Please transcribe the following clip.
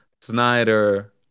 Snyder